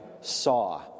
saw